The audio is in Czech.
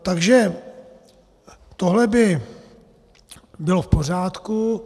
Takže tohle by bylo v pořádku.